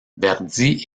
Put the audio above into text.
verdi